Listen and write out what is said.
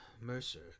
Mercer